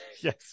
yes